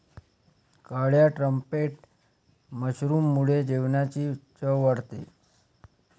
काळ्या ट्रम्पेट मशरूममुळे जेवणाची चव वाढते